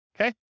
okay